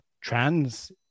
trans